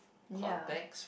ya